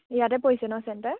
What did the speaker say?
ইয়াতে পৰিছে ন চেণ্টাৰ